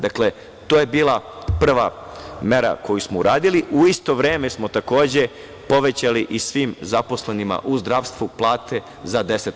Dakle, to je bila prva mera koju smo uradili, u isto vreme smo takođe povećali i svim zaposlenima u zdravstvu plate za 10%